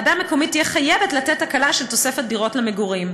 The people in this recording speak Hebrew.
ועדה מקומית תהיה חייבת לתת הקלה של תוספת דירות למגורים,